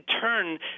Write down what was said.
turn